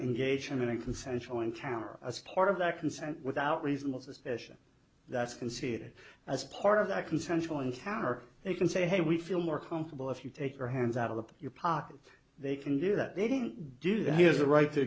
engage in a consensual encounter as part of that consent without reasonable suspicion that's can see it as part of that consensual encounter they can say hey we feel more comfortable if you take your hands out of the your pocket they can do that they didn't do that he has a right to